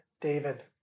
David